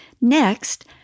Next